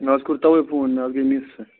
مےٚ حظ کوٚر تَوَے فون مےٚ حظ گٔے مِس سۅ